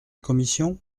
commission